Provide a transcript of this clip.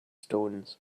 stones